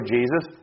Jesus